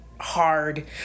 Hard